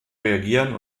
reagieren